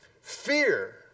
Fear